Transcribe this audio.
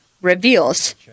reveals